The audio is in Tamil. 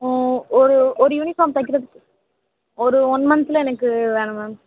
ஓ ஒரு ஒரு யூனிஃபார்ம் தைக்கிறதுக்கு ஒரு ஒன் மந்த்தில் எனக்கு வேணும் மேம்